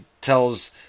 tells